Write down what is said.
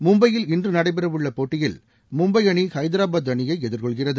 மும்பையில் இன்று நடைபெறவுள்ள போட்டியில் மும்பை அணி ஹைதராபாத் அணியை எதிர்கொள்கிறது